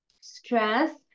Stress